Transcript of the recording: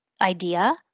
idea